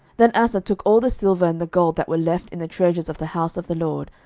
then asa took all the silver and the gold that were left in the treasures of the house of the lord,